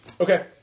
Okay